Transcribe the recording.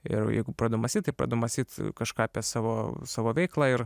ir jeigu pradedu mąstyt tai pradedu mąstyt kažką apie savo savo veiklą ir